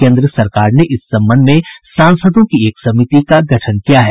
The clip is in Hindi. केन्द्र सरकार ने इस संबंध में सांसदों की एक समिति का गठन किया है